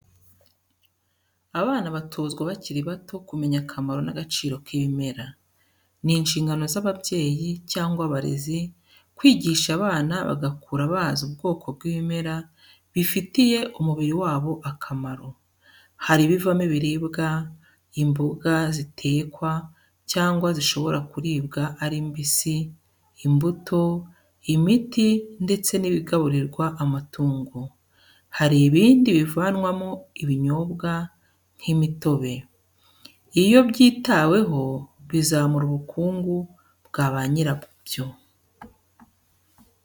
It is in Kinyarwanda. Abana batozwa bakiri bato kumenya akamaro n'agaciro k'ibimera. Ni inshingano z'ababyeyi cyangwa abarezi kwigisha abana bagakura bazi ubwoko bw'ibimera bifitiye umubiri wabo akamaro. Hari ibivamo ibiribwa, imboga zitekwa cyangwa zishobora kuribwa ari mbisi, imbuto, imiti ndetse n'ibigaburirwa amatungo. Hari ibindi bivanwamo ibinyobwa, nk'imitobe. Iyo byitaweho bizamura ubukungu bwa banyirabyo.